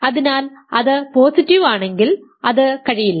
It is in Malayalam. അതിനാൽ അത് പോസിറ്റീവ് ആണെങ്കിൽ അത് കഴിയില്ല